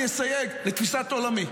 אני אסייג, לתפיסת עולמי.